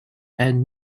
and